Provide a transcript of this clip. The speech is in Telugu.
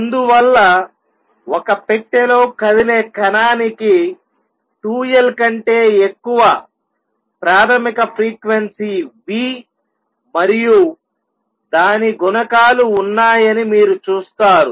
అందువల్ల ఒక పెట్టెలో కదిలే కణానికి 2 L కంటే ఎక్కువ ప్రాథమిక ఫ్రీక్వెన్సీ V మరియు దాని గుణకాలు ఉన్నాయని మీరు చూస్తారు